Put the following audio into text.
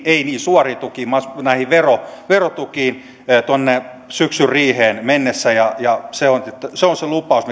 ei niihin suoriin tukiin vaan näihin verotukiin syksyn riiheen mennessä se on se lupaus